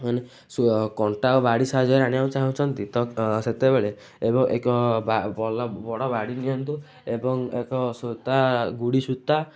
ମାନେ ସୁ କଣ୍ଟା ଓ ବାଡ଼ି ସାହାଯ୍ୟରେ ଆଣିବାକୁ ଚାହୁଁଛନ୍ତି ତ ସେତେବେଳେ ଏକ ବଡ଼ ବାଡ଼ି ନିଅନ୍ତୁ ଏବଂ ଏକ ସୂତା ଗୁଡ଼ି ସୂତା